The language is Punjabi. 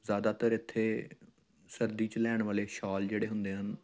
ਜ਼ਿਆਦਾਤਰ ਇੱਥੇ ਸਰਦੀ 'ਚ ਲੈਣ ਵਾਲੇ ਸ਼ਾਲ ਜਿਹੜੇ ਹੁੰਦੇ ਹਨ